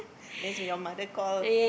means your mother call